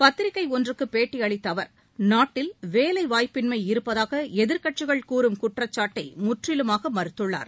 பத்திரிகை ஒன்றுக்கு பேட்டியளித்த அவர் நாட்டில் வேலைவாய்ப்பின்மை இருப்பதாக எதிர்கட்சிகள் கூறும் குற்றச்சாட்டை முற்றிலுமாக மறுத்துள்ளார்